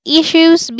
issues